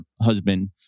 husband